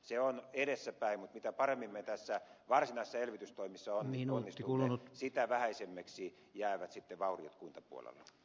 se on edessäpäin mutta mitä paremmin me näissä varsinaisissa elvytystoimissa onnistumme sitä vähäisemmiksi jäävät vauriot kuntapuolella